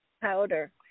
powder